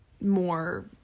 more